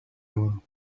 oro